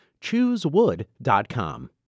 Choosewood.com